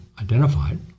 Identified